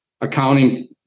accounting